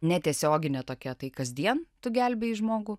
netiesioginė tokia tai kasdien tu gelbėji žmogų